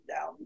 down